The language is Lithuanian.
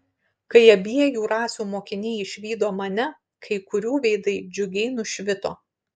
kai abiejų rasių mokiniai išvydo mane kai kurių veidai džiugiai nušvito